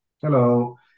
Hello